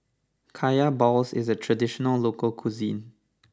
Kaya Balls is a traditional local cuisine